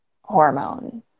hormone